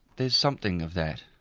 there's something of that.